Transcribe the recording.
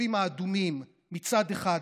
כשרואים את היישובים האדומים מצד אחד,